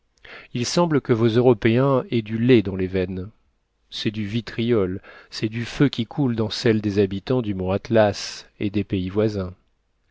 il semble que vos européans aient du lait dans les veines c'est du vitriol c'est du feu qui coule dans celles des habitants du mont atlas et des pays voisins